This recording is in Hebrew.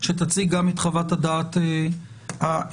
ותציג אם את חוות הדעת האפידמיולוגית.